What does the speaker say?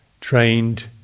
trained